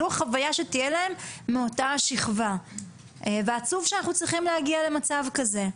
זו החוויה שתהיה להם מאותה השכבה ועצוב שאנחנו צריכים להגיע למצב כזה.